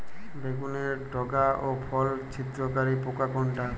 বেগুনের ডগা ও ফল ছিদ্রকারী পোকা কোনটা?